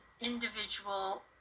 individual